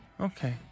Okay